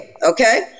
okay